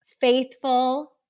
faithful